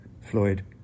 Floyd